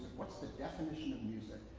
what's the definition of music?